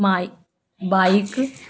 mic bike